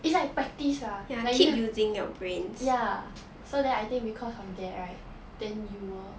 it's like practise lah like ya so then I think because of that right then you will